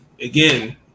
again